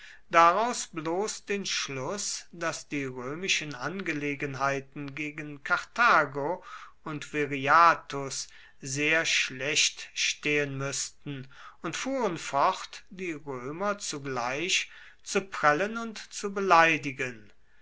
daraus bloß den schluß daß die römischen angelegenheiten gegen karthago und viriathus sehr schlecht stehen müßten und fuhren fort die römer zugleich zu prellen und zu beleidigen